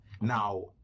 Now